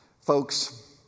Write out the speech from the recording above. Folks